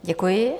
Děkuji.